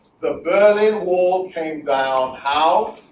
the berlin wall came down how?